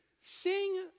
sing